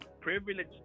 privilege